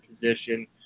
position